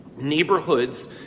neighborhoods